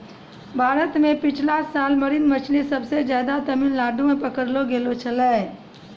भारत मॅ पिछला साल मरीन मछली सबसे ज्यादे तमिलनाडू मॅ पकड़लो गेलो छेलै